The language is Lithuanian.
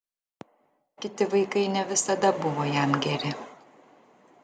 kiti vaikai ne visada buvo jam geri